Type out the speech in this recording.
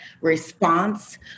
Response